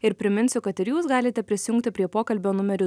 ir priminsiu kad ir jūs galite prisijungti prie pokalbio numeriu